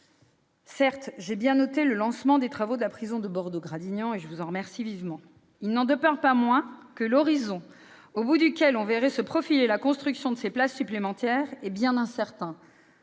Certes, j'ai bien noté le lancement des travaux de la prison de Bordeaux-Gradignan- je vous en remercie vivement. Il n'en demeure pas moins que l'horizon où l'on verrait se profiler la construction de ces places supplémentaires est bien incertain,